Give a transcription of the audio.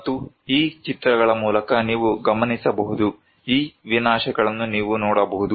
ಮತ್ತು ಈ ಚಿತ್ರಗಳ ಮೂಲಕ ನೀವು ಗಮನಿಸಬಹುದು ಈ ವಿನಾಶಗಳನ್ನು ನೀವು ನೋಡಬಹುದು